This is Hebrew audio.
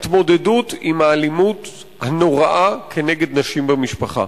התמודדות עם האלימות הנוראה כנגד נשים במשפחה.